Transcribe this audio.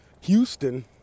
Houston